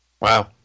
Wow